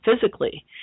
physically